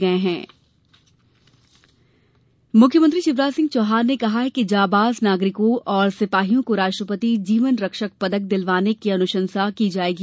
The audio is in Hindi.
जाबांज सम्मान मुख्यमंत्री शिवराज सिंह चौहान ने कहा है कि जाबांज नागरिकों और सिपाहियों को राष्ट्रपति जीवन रक्षक पदक दिलवाने की अनुशंसा की जायेगी